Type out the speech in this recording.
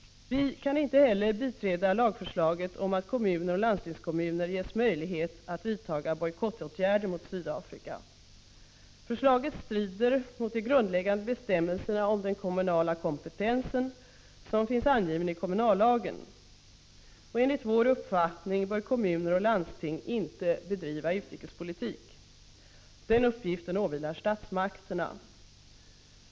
Vi kan inte heller biträda lagförslaget om att kommuner och landstingskommuner ges möjlighet att vidta bojkottåtgärder mot Sydafrika. Förslaget strider mot de grundläggande bestämmelserna om den kommunala kompetensen som den finns angiven i kommunallagen. Enligt vår uppfattning bör kommuner och landsting inte bedriva utrikespolitik. Den uppgiften åvilar statsmakterna.